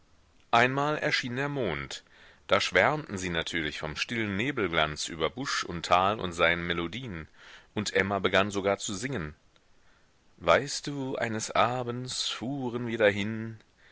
einmal erschien der mond da schwärmten sie natürlich vom stillen nebelglanz über busch und tal und seinen melodien und emma begann sogar zu singen weißt du eines abends fuhren wir dahin